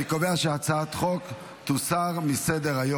אני קובע שהצעת החוק תוסר מסדר-היום.